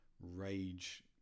rage